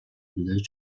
blue